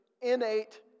innate